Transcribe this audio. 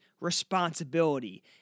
responsibility